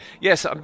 yes